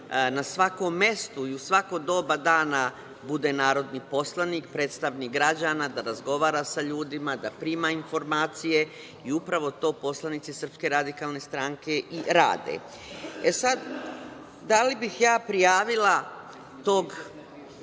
na svakom mestu u svako doba dana bude narodni poslanik, predstavnik građana i da razgovara sa ljudima, da prima informacije i upravo to poslanici SRS, i rade.E sada, da li bih ja prijavila tog